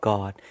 God